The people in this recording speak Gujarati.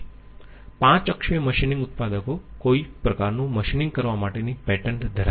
5 અક્ષીય મશીન ઉત્પાદકો કોઈક પ્રકારનું મશીનીંગ કરવા માટેની પેટન્ટ ધરાવે છે